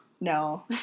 No